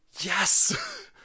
Yes